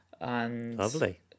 Lovely